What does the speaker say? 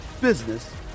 business